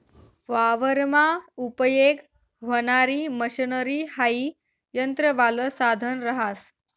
वावरमा उपयेग व्हणारी मशनरी हाई यंत्रवालं साधन रहास